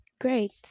great